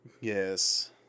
Yes